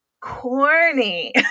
corny